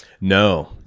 No